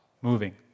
moving